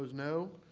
no?